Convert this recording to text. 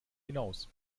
hinaus